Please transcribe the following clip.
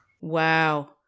Wow